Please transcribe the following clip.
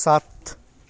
सात